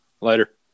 Later